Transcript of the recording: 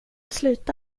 sluta